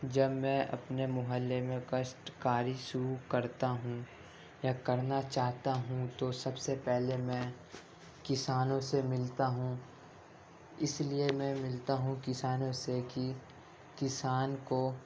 جب میں اپنے محلے میں کاشت کاری شروع کرتا ہوں یا کرنا چاہتا ہوں تو سب سے پہلے ميں كسانوں سے ملتا ہوں اِس ليے ميں ملتا ہوں كسانوں سے کہ کسان کو